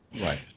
Right